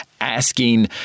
asking